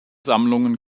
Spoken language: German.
sammlungen